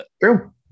True